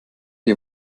die